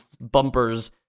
bumpers